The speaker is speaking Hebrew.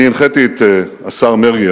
אני הנחיתי את השר מרגי,